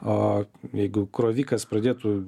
o jeigu krovikas pradėtų